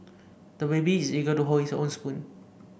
the baby is eager to hold his own spoon